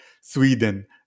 Sweden